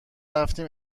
رفتم